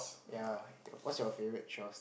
ya what's your favourite chores